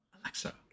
alexa